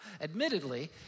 admittedly